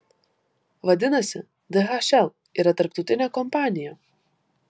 vadinasi dhl yra tarptautinė kompanija